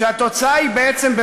כשהתוצאה היא בעצם,